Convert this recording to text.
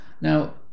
Now